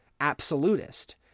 absolutist